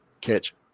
catch